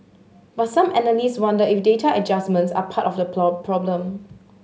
but some analysts wonder if data adjustments are part of the problem